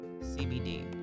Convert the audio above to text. CBD